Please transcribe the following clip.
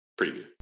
preview